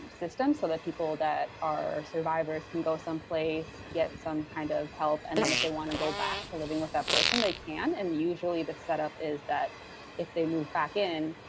systems so that people that are survivors can go someplace, get some kind of help. and then if they want to go back to living with that person, they can. and usually, the setup is that if they move back in,